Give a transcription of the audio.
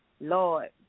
Lord